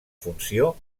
funció